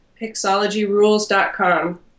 PixologyRules.com